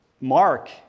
Mark